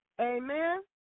Amen